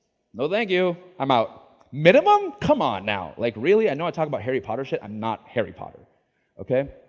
no thank you. i'm out. minimum? come on now. like really? i know i talk about harry potter sh t. i'm not harry potter okay.